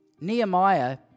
Nehemiah